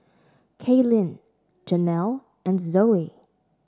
Kaylyn Janelle and Zoey